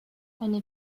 eine